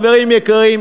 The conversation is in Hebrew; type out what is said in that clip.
חברים יקרים,